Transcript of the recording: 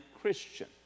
Christian